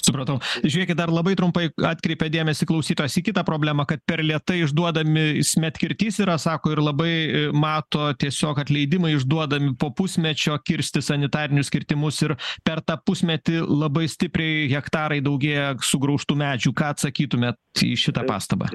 supratau žiūrėkit dar labai trumpai atkreipė dėmesį klausytojas į kitą problemą kad per lėtai išduodami medkirtys yra sako ir labai mato tiesiog kad leidimai išduodami po pusmečio kirsti sanitarinius kirtimus ir per tą pusmetį labai stipriai hektarai daugėja sugraužtų medžių ką atsakytumėt į šitą pastabą